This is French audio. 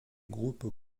groupes